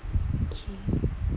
K